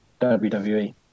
WWE